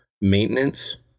maintenance